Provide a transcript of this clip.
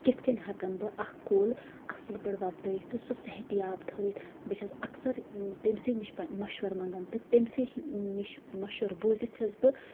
کِتھ کَنۍ ہٮ۪کن بہٕ اکھ کُل اَصٕل پٲٹھۍ وۄپدٲوتھ تہٕ سُہ صحتِیاب تھٲوِتھ بہٕ چھَس اَکثر تٔمۍ سی نِش مَشورٕ منٛگان تہٕ تٔمۍ سی نِش مشورٕ بوٗزِتھ چھَس بہٕ